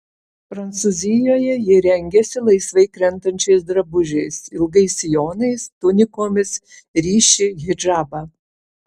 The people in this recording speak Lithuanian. prancūzijoje ji rengiasi laisvai krentančiais drabužiais ilgais sijonais tunikomis ryši hidžabą